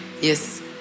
Yes